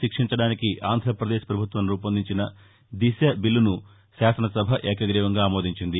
శిక్షించడానికి ఆంధ్రప్రదేశ్ ప్రభుత్వం రూపొందించిన దిశ బిల్లును శాసన సభ ఏకగ్రీవంగా ఆమోదించింది